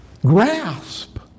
Grasp